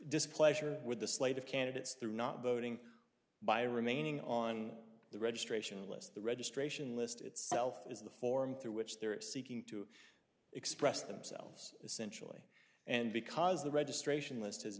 displeasure with the slate of candidates through not voting by remaining on the registration list the registration list itself is the form through which they're seeking to express themselves essentially and because the registration list has